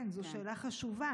כן, זו שאלה חשובה.